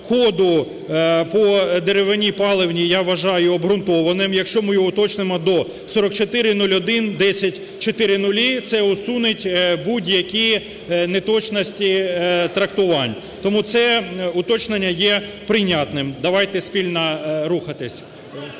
коду по деревині паливній я вважаю обґрунтованим. Якщо ми його уточнимо до 4401100000, це усуне будь-які неточності трактувань. Тому це уточнення є прийнятним, давайте спільно рухатись.